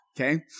Okay